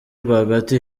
rwagati